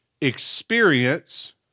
experience